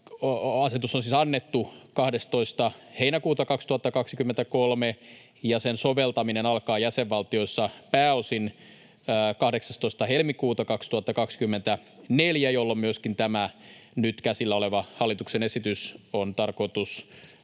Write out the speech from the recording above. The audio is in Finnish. asetus on siis annettu 12. heinäkuuta 2023, ja sen soveltaminen alkaa jäsenvaltioissa pääosin 18. helmikuuta 2024, jolloin myöskin tämä nyt käsillä oleva hallituksen esitys on tarkoitus